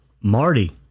Marty